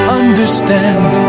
understand